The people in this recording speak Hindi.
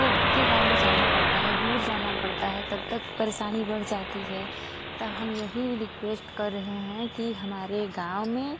को के गाँव में जाना पड़ता है दूर जाना पड़ता है तब तक परेशानी बढ़ जाती है तो हम यहीं रिक्वेस्ट कर रहें हैं कि हमारे गाँव में